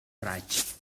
raig